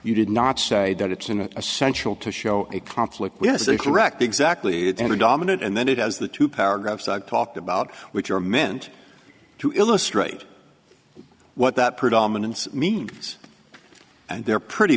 you did not say that it's an essential to show a conflict was a correct exactly the dominant and then it has the two paragraphs i talked about which are meant to illustrate what that predominance means and they're pretty